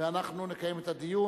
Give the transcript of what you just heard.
ואנחנו נקיים את הדיון.